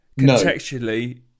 Contextually